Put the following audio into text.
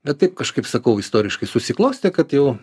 bet taip kažkaip sakau istoriškai susiklostė kad jau